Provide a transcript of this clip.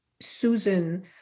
Susan